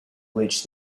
which